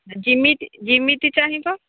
ଯେମିତି ଯେମିତି ଚାହିଁବ